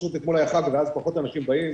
פשוט אתמול היה חג, ואז פחות אנשים באים.